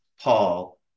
Paul